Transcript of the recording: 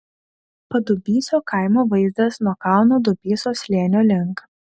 padubysio kaimo vaizdas nuo kalno dubysos slėnio link